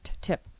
tip